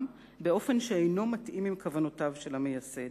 באופן שאינו מתאים עם כוונותיו של המייסד.